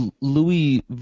Louis